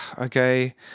okay